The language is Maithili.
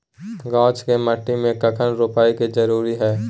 गाछ के माटी में कखन रोपय के जरुरी हय?